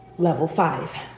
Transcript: level five,